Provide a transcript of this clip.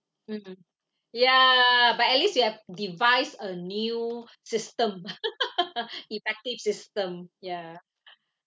mmhmm ya but at least you have devised a new system effective system ya